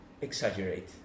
exaggerate